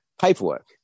paperwork